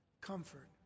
comfort